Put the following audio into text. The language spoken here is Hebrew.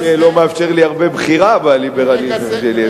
לא מאפשר לי הרבה בחירה בליברליזם שלי,